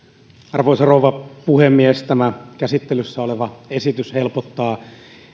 arvoisa rouva puhemies tämä käsittelyssä oleva esitys helpottaa